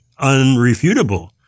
unrefutable